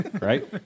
right